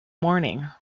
morning